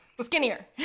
Skinnier